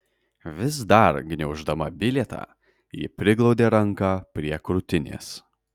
vis dar gniauždama bilietą ji priglaudė ranką prie krūtinės